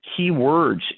keywords